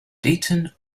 dayton